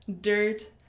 dirt